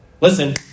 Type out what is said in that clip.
Listen